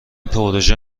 پروزه